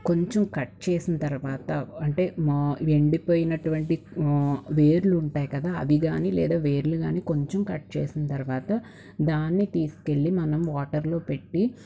కొంచెం కట్ చేసిన తర్వాత అంటే మా ఎండిపోయినటువంటి వేర్లు ఉంటాయి కదా అవి గాని లేదా వేర్లు కానీ కొంచెం కట్ చేసిన తర్వాత దాన్ని తీసుకెళ్ళి మనం వాటర్లో పెట్టి